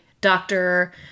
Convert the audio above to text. doctor